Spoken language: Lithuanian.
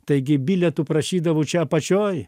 taigi bilietų prašydavo čia apačioj